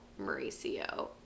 Mauricio